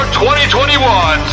2021